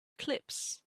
clips